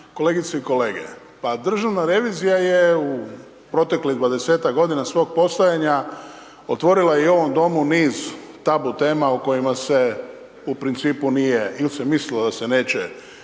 kolegice i kolege, pa državna revizija je u proteklih 20-tak godina svog postojanja otvorila i ovom Domu niz tabu tema o kojima se u principu nije, il se mislilo da se neće